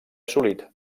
assolit